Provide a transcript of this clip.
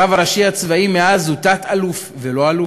הרב הראשי הצבאי מאז הוא תת-אלוף ולא אלוף.